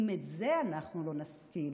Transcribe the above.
אם את זה אנחנו לא נשכיל